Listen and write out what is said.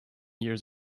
years